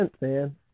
man